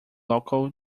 local